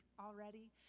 already